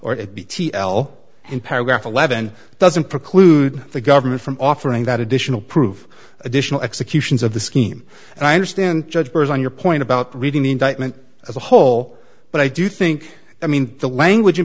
or it b t l in paragraph eleven doesn't preclude the government from offering that additional proof additional executions of the scheme and i understand judge burns on your point about reading the indictment as a whole but i do think i mean the language